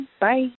Bye